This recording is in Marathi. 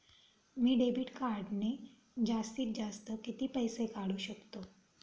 मी डेबिट कार्डने जास्तीत जास्त किती पैसे काढू शकतो?